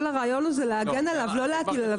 כל הרעיון הוא להגן עליו, לא להטיל עליו